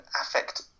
affect